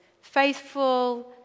faithful